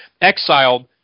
exiled